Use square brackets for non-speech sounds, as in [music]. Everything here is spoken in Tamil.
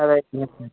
ஆ ரைட்டு [unintelligible]